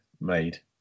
made